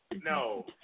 No